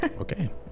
Okay